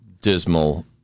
dismal